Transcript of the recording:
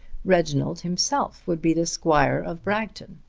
reginald himself would be the squire of bragton.